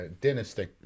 Dynasty